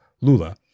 Lula